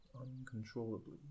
uncontrollably